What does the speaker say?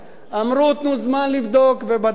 אמרו: תנו זמן לבדוק, ובדקנו.